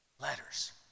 Letters